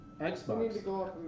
Xbox